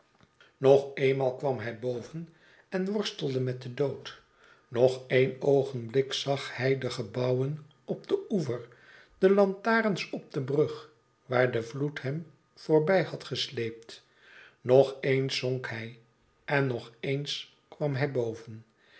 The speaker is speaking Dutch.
nog eenmaal kwam hij boven en worstelde met den dood nog een oogenblik zag hij de gebouwen op den oever de lantaarns op de brug waar de vloed hem voorbij had gesleept nog eens zonk hij en nog eens kwam hij boven